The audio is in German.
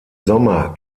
sommer